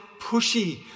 pushy